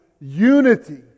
unity